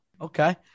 Okay